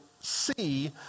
see